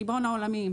ריבון העולמים,